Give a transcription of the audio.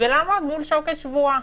ולעמוד מול שוקת שבורה,